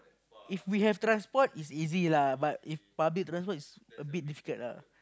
if we have transport is easy lah but if public transport is a bit difficult lah